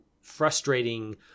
frustrating